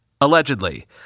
allegedly